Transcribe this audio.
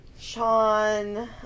sean